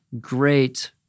great